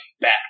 back